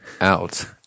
out